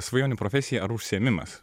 svajonių profesija ar užsiėmimas